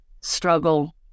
struggle